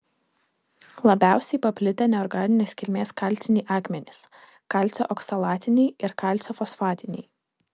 labiausiai paplitę neorganinės kilmės kalciniai akmenys kalcio oksalatiniai ir kalcio fosfatiniai